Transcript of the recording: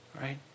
right